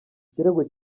kirego